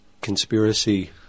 conspiracy